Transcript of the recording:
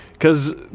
because,